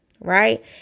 Right